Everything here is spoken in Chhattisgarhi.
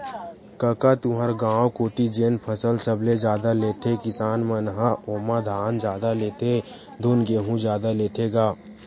कका तुँहर गाँव कोती जेन फसल सबले जादा लेथे किसान मन ह ओमा धान जादा लेथे धुन गहूँ जादा लेथे गा?